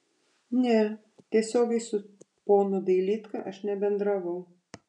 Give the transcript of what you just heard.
ne tiesiogiai su ponu dailydka aš nebendravau